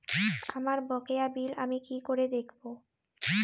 আমার বকেয়া বিল আমি কি করে দেখব?